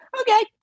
okay